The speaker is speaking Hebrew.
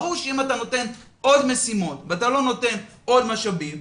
ברור שאם אתה נותן עוד משימות ואתה לא נותן עוד משאבים,